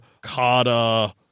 Carter